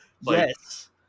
yes